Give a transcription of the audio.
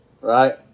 Right